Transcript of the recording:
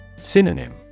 Synonym